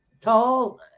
tall